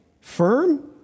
firm